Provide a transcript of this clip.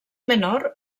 menor